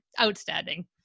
outstanding